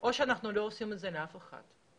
או שאנחנו לא עושים את זה לאף אחד,